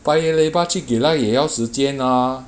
paya lebar 去 geylang 也要时间 ah